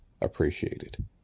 appreciated